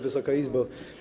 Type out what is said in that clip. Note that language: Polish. Wysoka Izbo!